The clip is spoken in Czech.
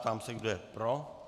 Ptám se, kdo je pro.